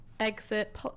exit